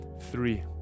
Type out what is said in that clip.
three